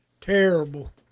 terrible